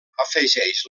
afegeix